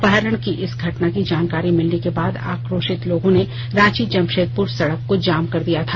अपहरण की इस घटना की जानकारी मिलने के बाद आक्रोशित लोगों ने रांची जमशेदपुर सड़क को जाम कर दिया था